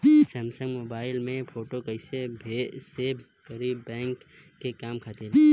Samsung mobile में photo कैसे save करीं बैंक के काम खातिर?